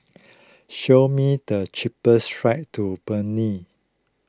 show me the cheapest flights to